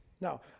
Now